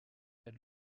elle